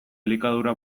elikadura